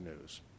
news